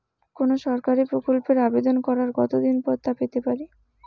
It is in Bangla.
কোনো সরকারি প্রকল্পের আবেদন করার কত দিন পর তা পেতে পারি?